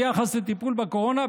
ביחס לטיפול בקורונה,